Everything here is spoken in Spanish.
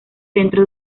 centro